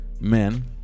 men